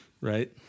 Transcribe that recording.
Right